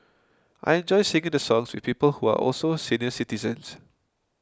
I enjoy sing the songs with people who are also senior citizens